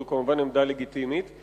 זו כמובן עמדה לגיטימית,